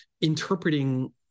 interpreting